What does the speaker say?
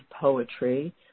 poetry